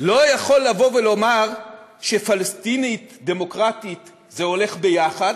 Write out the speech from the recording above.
לא יכול לומר שפלסטינית דמוקרטית זה הולך יחד